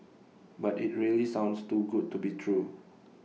but IT really sounds too good to be true